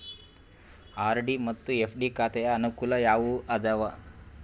RD ಮತ್ತು FD ಖಾತೆಯ ಅನುಕೂಲ ಯಾವುವು ಅದಾವ?